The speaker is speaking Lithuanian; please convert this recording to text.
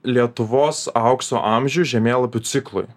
lietuvos aukso amžių žemėlapių ciklui